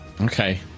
Okay